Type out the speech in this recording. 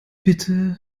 bitte